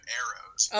arrows